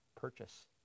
purchase